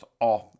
off